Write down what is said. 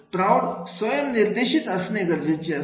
प्रौढ स्वयंम स्वयंम निर्देशीत असणे गरजेचे असते